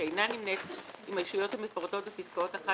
שאינה נמנית עם הישויות המפורטות בפסקאות (1)